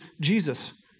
Jesus